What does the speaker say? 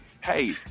hey